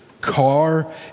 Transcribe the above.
car